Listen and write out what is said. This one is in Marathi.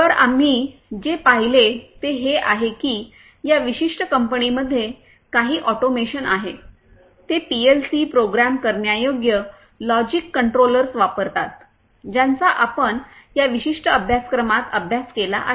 तर आम्ही जे पाहिले ते हे आहे की या विशिष्ट कंपनीमध्ये काही ऑटोमेशन आहे ते पीएलसी प्रोग्राम करण्यायोग्य लॉजिक कंट्रोलर्स वापरतात ज्याचा आपण या विशिष्ट अभ्यासक्रमात अभ्यास केला आहे